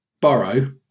borrow